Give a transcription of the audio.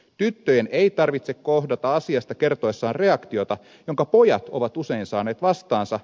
tyttöjen ei tarvitse kohdata asiasta kertoessaan reaktiota jonka pojat ovat usein saaneet vastaansa